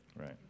right